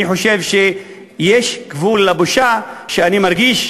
אני חושב שיש גבול לבושה שאני מרגיש,